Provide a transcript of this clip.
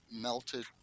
melted